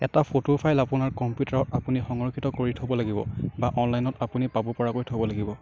এটা photo file আপোনাৰ কম্পিউটাৰত আপুনি সংৰক্ষিত কৰি থ'ব লাগিব বা অনলাইনত আপুনি পাব পৰাকৈ থ'ব লাগিব